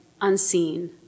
unseen